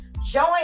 Join